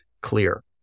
clear